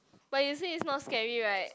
but you see it's not scary right